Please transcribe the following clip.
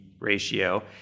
ratio